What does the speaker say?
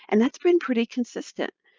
and that's been pretty consistent.